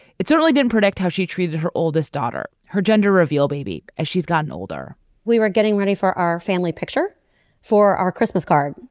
it certainly didn't predict how she treated her oldest daughter her gender reveal baby as she's gotten older we were getting ready for our family picture for our christmas card.